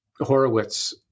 Horowitz